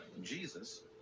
Jesus